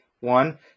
one